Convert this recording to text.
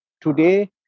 Today